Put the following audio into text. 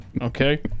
Okay